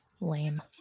Lame